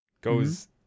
Goes